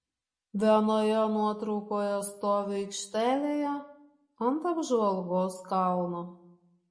vienoje nuotraukoje stoviu aikštelėje ant apžvalgos kalno